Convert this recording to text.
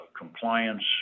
Compliance